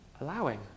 allowing